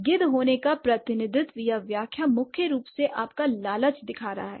गिद्ध होने का प्रतिनिधित्व या व्याख्या मुख्य रूप से आपका लालच दिखा रहा है